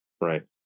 right